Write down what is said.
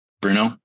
Bruno